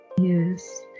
Yes